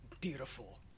beautiful